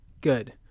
Good